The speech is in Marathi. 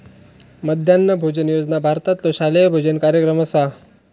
मध्यान्ह भोजन योजना भारतातलो शालेय भोजन कार्यक्रम असा